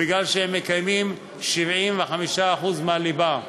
מפני שהם מקיימים 75% מהליבה,